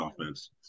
offense